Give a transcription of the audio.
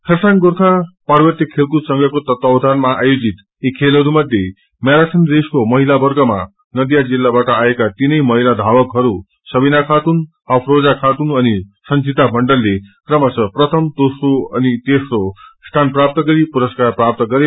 खरसाङ गोर्खा पार्वत्य खेलकूद संघको तत्वाधनामा आसयोजित यी खेलहरूमध्ये मैरागिन रेशको महिलना वर्गमा नदिया जिल्लाबाट आएका ातीनै महिला धावकहरू सविना खातून अर्फजा खातून अनि संचिता मण्डलले क्रमशः प्रथम दोस्रो अनि तेस्रो स्थान प्राप्त गरि पुरसकार प्राप्त गरे